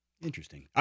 Interesting